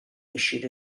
issued